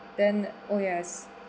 then oh yes